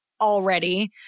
already